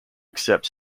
accept